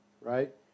right